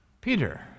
Peter